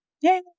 Yay